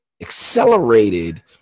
accelerated